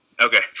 Okay